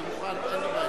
אני מוכן, אין לי בעיה.